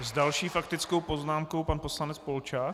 S další faktickou poznámkou pan poslanec Polčák.